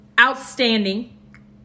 outstanding